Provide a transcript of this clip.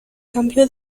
cambió